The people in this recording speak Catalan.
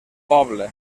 poble